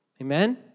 Amen